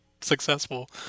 successful